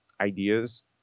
ideas